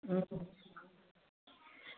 अं